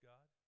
God